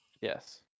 Yes